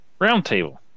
Roundtable